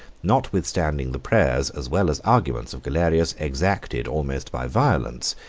notwithstanding the prayers as well as arguments of galerius, exacted, almost by violence,